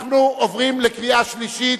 אנחנו עוברים לקריאה שלישית.